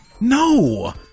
No